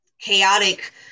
chaotic